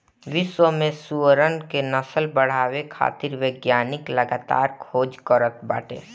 विश्व में सुअरन क नस्ल बढ़ावे खातिर वैज्ञानिक लगातार खोज करत बाटे